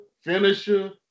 finisher